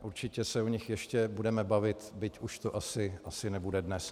Určitě se o nich ještě budeme bavit, byť už to asi nebude dnes.